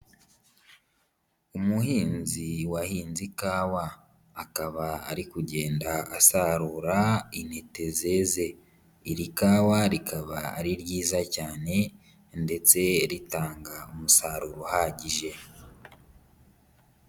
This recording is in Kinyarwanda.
Umuhinzi wahinze ikawa, akaba ari kugenda asarura intete zeze, iri kawa rikaba ari ryiza cyane ndetse ritanga umusaruro uhagije.